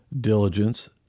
diligence